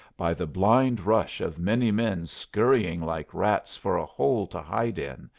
by the blind rush of many men scurrying like rats for a hole to hide in,